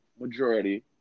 Majority